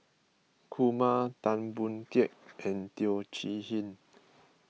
Kumar Tan Boon Teik and Teo Chee Hean